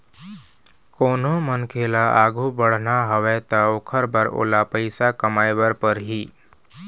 कोनो मनखे ल आघु बढ़ना हवय त ओखर बर ओला पइसा कमाए बर परही